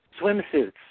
Swimsuits